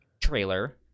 trailer